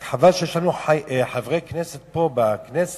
רק שיש לנו חברי כנסת פה בכנסת